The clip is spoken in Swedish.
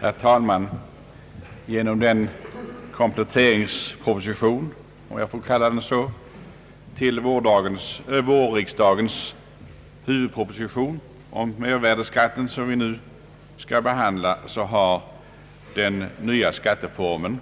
Herr talman! Genom den kompletteringsproposition, om jag får kalla den så, till vårriksdagens huvudproposition om mervärdeskatt som vi nu skall behandla har den nya skatteformen